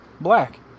black